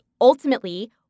ultimately